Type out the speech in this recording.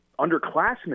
underclassmen